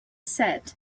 said